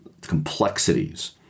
complexities